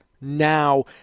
now